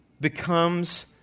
becomes